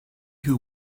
who